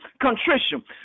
contrition